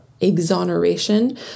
exoneration